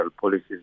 policies